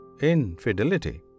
infidelity